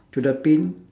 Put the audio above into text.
to the pin